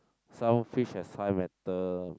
some fish has high metal